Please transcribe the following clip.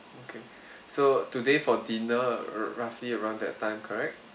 okay so today for dinner roughly around that time correct